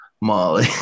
Molly